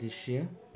दृश्य